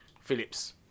Phillips